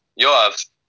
Yoav